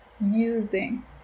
using